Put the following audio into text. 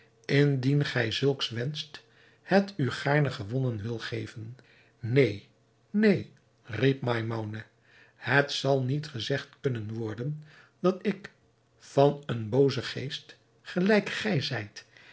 indien gij zulks wenscht het u gaarne gewonnen wil geven neen neen riep maimoune het zal niet gezegd kunnen worden dat ik van een boozen geest gelijk gij zijt